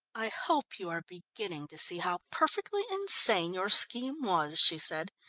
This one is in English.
i hope you are beginning to see how perfectly insane your scheme was, she said.